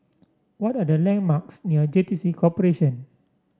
what are the landmarks near J T C Corporation